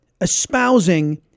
espousing